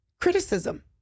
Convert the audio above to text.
criticism